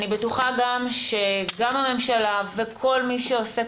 אני בטוחה שגם לממשלה ולכל מי שעוסק